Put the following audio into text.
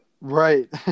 Right